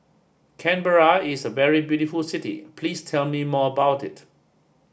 Canberra is a very beautiful city please tell me more about it